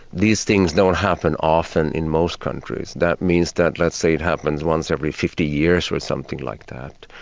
these things don't happen often in most countries. that means that let's say it happens once every fifty years or something like that,